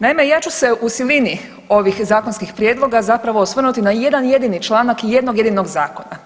Naime, ja ću se u silini ovih zakonskih prijedloga zapravo osvrnuti na jedan jedini članak jednog jedinog zakona.